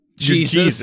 jesus